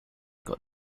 got